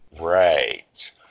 Right